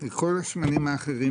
כל השמנים האחרים